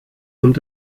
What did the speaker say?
und